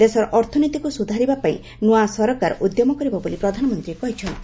ଦେଶର ଅର୍ଥନୀତିକୁ ସୁଧାରିବା ପାଇଁ ନୂଆ ସରକାର ଉଦ୍ୟମ କରିବେ ବୋଲି ପ୍ରଧାନମନ୍ତ୍ରୀ କହିଚ୍ଚନ୍ତି